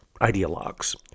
ideologues